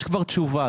יש כבר תשובה.